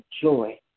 joy